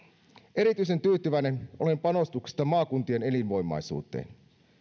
erityisen tyytyväinen olen panostuksista maakuntien elinvoimaisuuteen